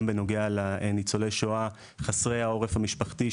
גם בנוגע לניצולי השואה חסרי העורף המשפחתי,